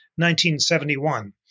1971